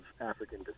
African